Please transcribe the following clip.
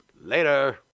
later